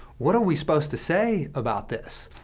what are we supposed to say about this?